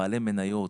בעלי מניות,